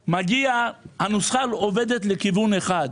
הנוסחה עובדת לכיוון אחד.